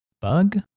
bug